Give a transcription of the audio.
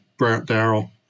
Daryl